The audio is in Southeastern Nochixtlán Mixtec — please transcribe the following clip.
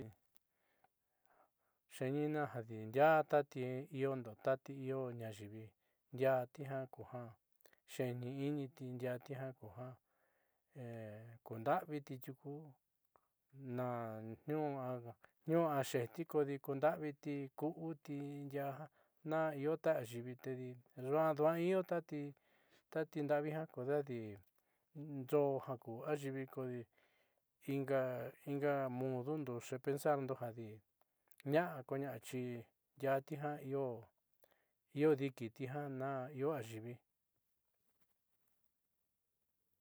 Xe'eni'inina jodi ndiaa tati iondo tati io ayiivi ndiaati jakuja xeeni'initi ndiaati kuja kunda'aviti tiuku niuu axeejti kodi kunda'aviti ku'uti ndiaá jiaa na io ta ayiivi tedi ndu'an io tatinda'avi jiaa kodejadi ndoó jaku ayiivi kodi inga inga mudondo xeepensando jadi ña'a koña'axi ndiaáti jaa io diikiti ja na io ayiivi.